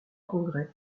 congrès